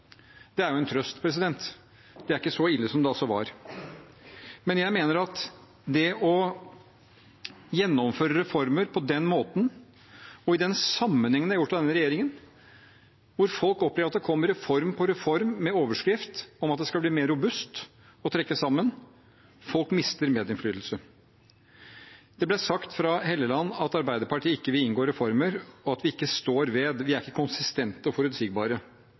Det er jo en trøst. Det er ikke så ille som det var. Men jeg mener at ved å gjennomføre reformer på den måten og i den sammenhengen det er gjort av denne regjeringen, hvor folk opplever at det kommer reform på reform med overskrift om at det skal bli mer robust ved å trekke sammen, mister folk medinnflytelse. Det ble sagt fra Helleland at Arbeiderpartiet ikke vil inngå reformer, og at vi ikke står ved dem. Vi er ikke konsistente og forutsigbare.